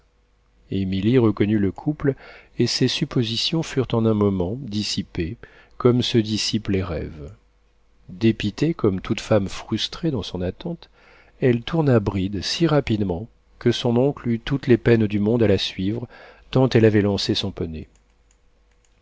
vandenesse émilie reconnut le couple et ses suppositions furent en un moment dissipées comme se dissipent les rêves dépitée comme toute femme frustrée dans son attente elle tourna bride si rapidement que son oncle eut toutes les peines du monde à les suivre tant elle avait lancé son poney